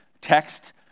text